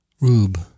Rube